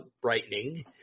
brightening